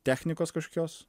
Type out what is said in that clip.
technikos kažkokios